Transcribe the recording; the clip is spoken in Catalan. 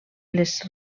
les